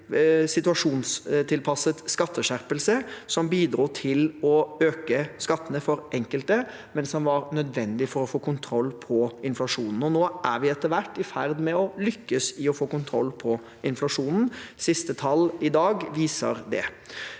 situasjonstilpasset skatteskjerpelse bidro til å øke skattene for enkelte, men var nødvendig for å få kontroll på inflasjonen. Nå er vi etter hvert i ferd med å lykkes i å få kontroll på inflasjonen. Siste tall i dag viser det.